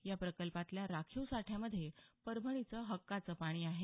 या प्रकल्पातल्या राखीव साठ्यामध्ये परभणीचं हक्काचं पाणी आहे